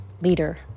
leader